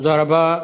תודה רבה.